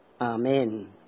Amen